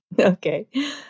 Okay